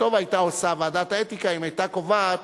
שטוב היתה עושה ועדת האתיקה אם היתה קובעת